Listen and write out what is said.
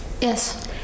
Yes